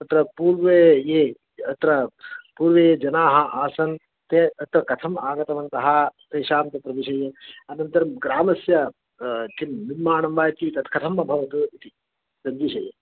तत्र पूर्वे ये अत्र पूर्वे ये जनाः आसन् ते अत्र कथम् आगतवन्तः तेषां तत्र विषये अनन्तरं ग्रामस्य किं निर्माणं वा किं तत् कथम् अभवत् इति तद्विषये